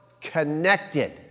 connected